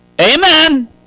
Amen